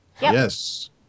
Yes